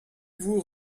vous